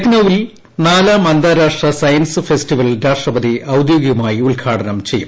ലക്നൌവിൽ നാലാം അന്താരാഷ്ട്ര സയൻസ് ഫെസ്റ്റിവൽ രാഷ്ട്രപതി ഔദ്യോഗികമായി ഉദ്ഘാടനം ചെയ്യും